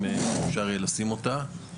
אם אפשר יהיה לשים אותה.